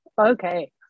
Okay